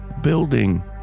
Building